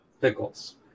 Pickles